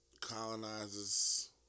colonizers